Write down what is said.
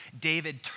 David